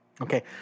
Okay